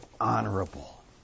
honorable